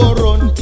run